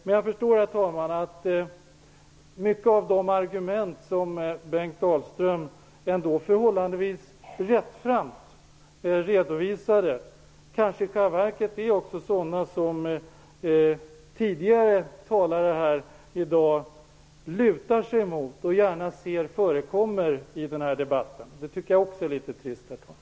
Men jag förstår, herr talman, att mycket av de argument som Bengt Dalström ändå förhållandevis rättframt redovisade kanske i själva verket också är sådana som tidigare talare här i dag lutar sig mot och gärna ser förekomma i den här debatten. Det tycker jag också är litet trist, herr talman.